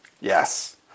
Yes